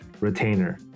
retainer